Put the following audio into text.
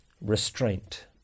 restraint